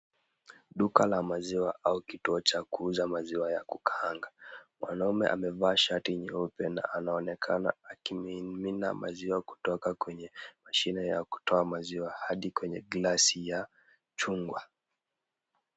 Duka la maziwa au kituo cha kuuza maziwa ya kukaanga, mwanaume amevaa shati nyeupe na anaonekana akimimina maziwa kutoka kwenye mashine ya kutoa maziwa hadi kwenye glasi ya chungwa.